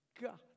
God